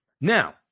now